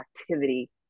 activity